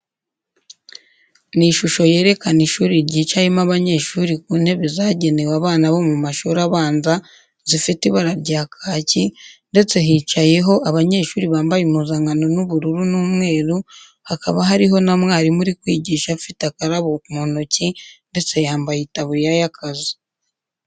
Ni ishusho yerekana ishuri ryicayemo abanyeshuri ku ntebe zagenewe abana bo mu mashuri abanza zifite ibara rya kaki, ndetse hicayeho abanyeshuri bambaye impuzankano n'ubururu n'umweru, hakaba hariho na mwarimu uri kwigisha afite akarabo mu ntoki ndetse yambaye itaburiya y'akazi.